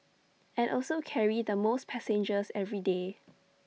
and also carry the most passengers every day